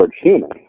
human